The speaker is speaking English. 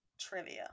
trivia